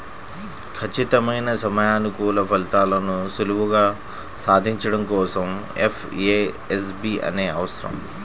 ఖచ్చితమైన సమయానుకూల ఫలితాలను సులువుగా సాధించడం కోసం ఎఫ్ఏఎస్బి అనేది అవసరం